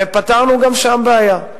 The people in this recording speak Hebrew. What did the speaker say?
ופתרנו גם שם בעיה.